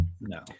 No